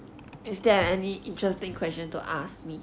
is there any interesting question to ask me